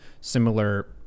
similar